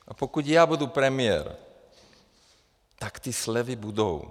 A pokud já budu premiér, tak ty slevy budou.